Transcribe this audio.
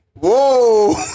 Whoa